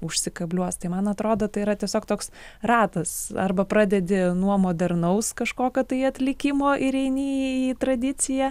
užsikabliuos tai man atrodo tai yra tiesiog toks ratas arba pradedi nuo modernaus kažkokio tai atlikimo ir eini į į tradiciją